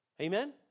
Amen